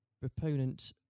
proponent